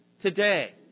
today